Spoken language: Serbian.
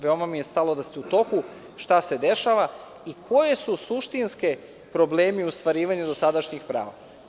Veoma mi je stalo da ste u toku šta se dešava i koje su suštinske problemi u ostvarivanju dosadašnjih prava.